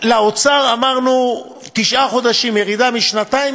לאוצר אמרנו: תשעה חודשים ירידה משנתיים.